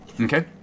Okay